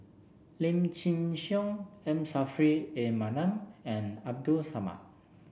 Lim Chin Siong M Saffri A Manaf and Abdul Samad